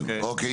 כן, אוקיי.